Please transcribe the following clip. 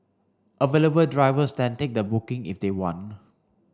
available drivers then take the booking if they want